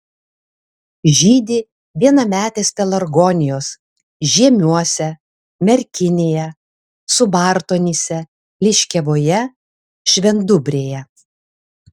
žydi vienametės pelargonijos žiemiuose merkinėje subartonyse liškiavoje švendubrėje